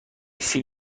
سیب